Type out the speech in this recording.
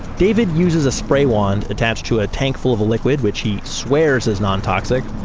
david uses a spray wand attached to a tank full of a liquid which he swears is non-toxic.